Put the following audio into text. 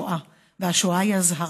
השואה היא אזהרה.